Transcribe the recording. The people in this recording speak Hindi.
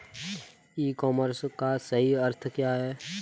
ई कॉमर्स का सही अर्थ क्या है?